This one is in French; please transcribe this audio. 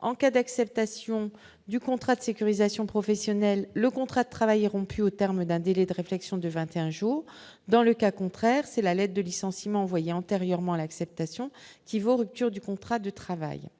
en cas d'acceptation du contrat de sécurisation professionnelle le contrat travailler rompu au terme d'un délai de réflexion de 21 jours dans le cas contraire, c'est la lette de licenciement voyez antérieurement l'acceptation qui vaut rupture du contrat de travail,